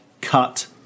cut